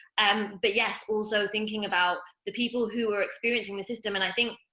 and but yes, also thinking about the people who were experiencing the system, and i think,